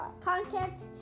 contact